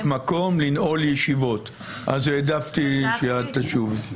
מקום לנעול ישיבה ולכן העדפתי שאת תשובי.